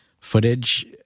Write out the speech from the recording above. footage